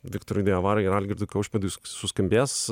viktorui diavarai ir algirdui kaušpėdui suskambės